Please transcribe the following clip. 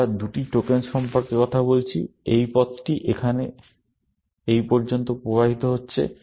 আমরা দুটি টোকেন সম্পর্কে কথা বলছি এই পথটি এখানে পর্যন্ত প্রবাহিত হচ্ছে